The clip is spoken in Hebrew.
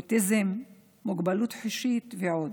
אוטיזם, מוגבלות חושית ועוד.